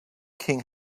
king